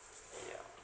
ya